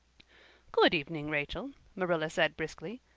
good evening, rachel, marilla said briskly.